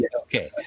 Okay